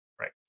right